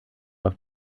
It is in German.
auf